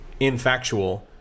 infactual